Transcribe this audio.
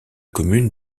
commune